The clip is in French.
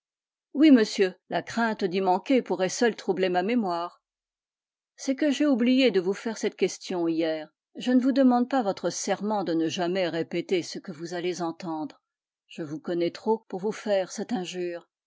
oui monsieur la crainte d'y manquer pourrait seule troubler ma mémoire c'est que j'ai oublié de vous faire cette question hier je ne vous demande pas votre serment de ne jamais répéter ce que vous allez entendre je vous connais trop pour vous faire cette injure